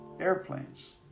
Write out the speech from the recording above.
Airplanes